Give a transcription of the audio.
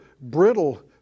brittle